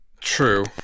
True